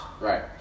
Right